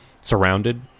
surrounded